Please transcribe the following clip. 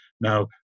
Now